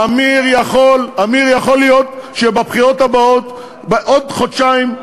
עמיר, יכול להיות שבבחירות הבאות, עוד חודשיים,